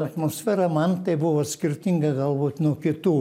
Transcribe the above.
atmosfera man tai buvo skirtinga galbūt nuo kitų